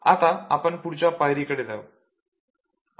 आता आपण पुढच्या पायरीकडे जाऊ